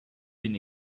been